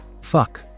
Fuck